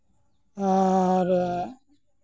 ᱟᱨ